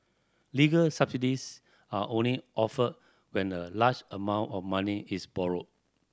legal subsidies are only offered when a large amount of money is borrowed